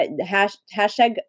hashtag